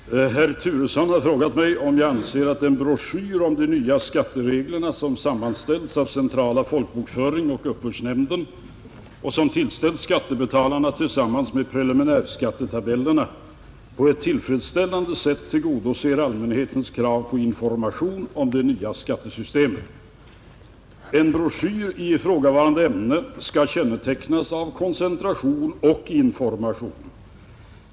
Fru talman! Herr Turesson har frågat mig om jag anser att den broschyr om de nya skattereglerna som sammanställts av centrala folkbokföringsoch uppbördsnämnden och som tillställts skattebetalarna tillsammans med preliminärskattetabellerna på ett tillfredsställande sätt tillgodoser allmänhetens krav på information om det nya skattesystemet. En broschyr i ifrågavarande ämne skall kännetecknas av koncentration och information.